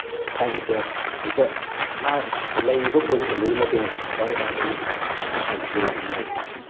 five metre metre ꯃꯥ ꯂꯩꯔꯤꯕ ꯄꯣꯖꯤꯁꯟꯗꯨꯒꯤ ꯃꯇꯨꯡꯏꯟꯅ ꯉꯁꯥꯏ ꯑꯩꯅ ꯍꯥꯏꯖꯒꯤꯕꯗꯣ ꯍꯥꯏꯕꯗꯤ